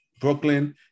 Brooklyn